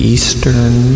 Eastern